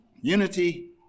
unity